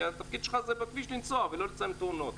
כי התפקיד שלך בכביש זה לנסוע ולא לצלם תאונות.